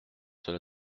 cela